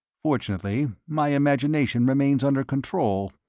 fortunately, my imagination remains under control,